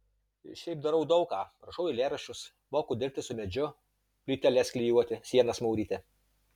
šiaip darau daug ką rašau eilėraščius moku dirbti su medžiu plyteles klijuoti sienas mūryti